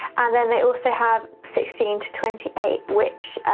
and then they also have sixteen to twenty eight, which